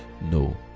no